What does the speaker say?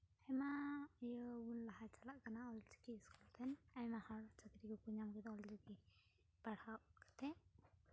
ᱚᱱᱟ ᱤᱭᱟᱹ ᱵᱚᱱ ᱞᱟᱦᱟ ᱪᱟᱞᱟᱜ ᱠᱟᱱᱟ ᱚᱞᱪᱤᱠᱤ ᱤᱥᱠᱩᱞ ᱨᱮ ᱟᱭᱢᱟ ᱦᱚᱲ ᱪᱟᱹᱠᱨᱤ ᱠᱚᱠᱚ ᱧᱟᱢ ᱠᱟᱫᱟ ᱚᱞᱪᱤᱠᱤ ᱯᱟᱲᱦᱟᱣ ᱠᱟᱛᱮᱫ